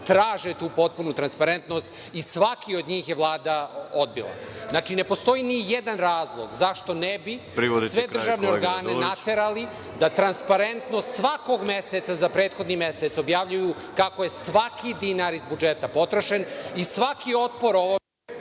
traže tu potpunu transparentnost i svaki od njih je Vlada odbila. Ne postoji ni jedan razlog, zašto ne bi sve državne organe naterali da transparentno svakog meseca, za prethodni mesec, objavljuju kako je svaki dinar iz budžeta potrošen. **Veroljub